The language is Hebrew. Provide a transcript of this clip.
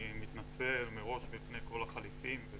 אני מתנצל מראש בפני כל החליפים.